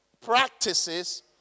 practices